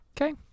Okay